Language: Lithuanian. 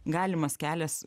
galimas kelias